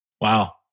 Wow